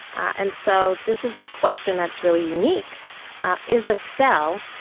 and so this is a question that's really unique is a cell,